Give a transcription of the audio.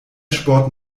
sport